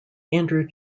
andrew